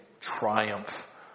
triumph